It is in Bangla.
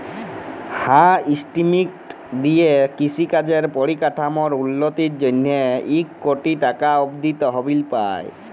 হাঁ ইস্কিমট দিঁয়ে কিষি কাজের পরিকাঠামোর উল্ল্যতির জ্যনহে ইক কটি টাকা অব্দি তহবিল পায়